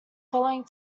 following